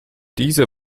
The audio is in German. diese